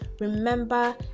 Remember